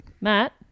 Matt